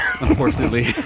Unfortunately